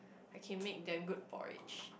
I can make damn good porridge